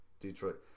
Detroit